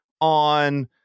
on